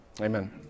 Amen